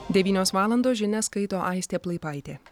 devynios valandos žinias skaito aistė plaipaitė